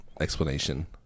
explanation